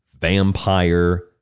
vampire